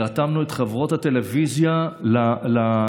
ורתמנו את חברות הטלוויזיה לעניין,